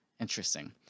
Interesting